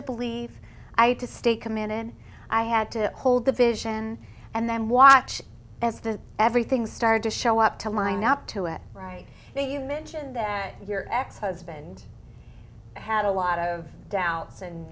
to believe i had to stay committed i had to hold the vision and then watch as the everything started to show up to line up to it right now you mentioned that your ex husband had a lot of doubts